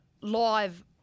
live